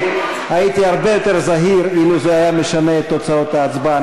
הייתי הרבה יותר זהיר אילו זה היה משנה את תוצאות ההצבעה.